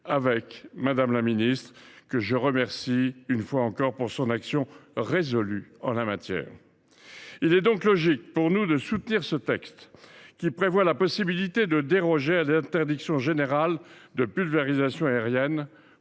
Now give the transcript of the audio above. avec Mme la ministre, que je remercie une fois encore de son action résolue en la matière. Il est donc logique pour nous de soutenir le présent texte, qui prévoit la possibilité de déroger à l’interdiction générale de la pulvérisation aérienne,